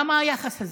למה היחס הזה?